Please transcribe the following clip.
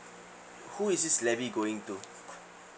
who is this levy going to